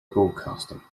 broadcasting